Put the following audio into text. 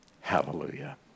hallelujah